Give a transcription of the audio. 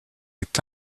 est